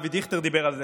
ואבי דיכטר דיבר על זה,